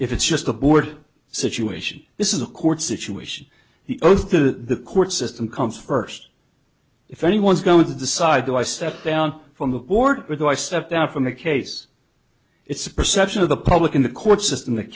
if it's just a board situation this is a court situation the oath the court system comes first if anyone's going to decide do i step down from the board or do i step down from the case it's a perception of the public in the court system that